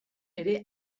ere